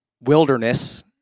wilderness